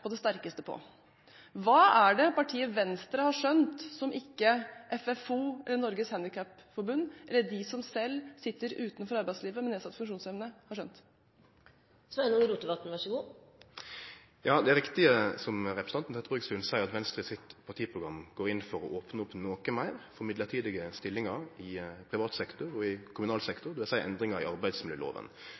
på det sterkeste mot. Hva er det partiet Venstre har skjønt, og som ikke FFO, Norges handikapforbund eller de som selv sitter utenfor arbeidslivet med nedsatt funksjonsevne, har skjønt? Det er riktig som representanten Trettebergstuen seier, at Venstre i sitt partiprogram går inn for å opne opp noko meir for mellombelse stillingar i privat sektor og i kommunal sektor, det vil seie å gjere endringar i arbeidsmiljøloven.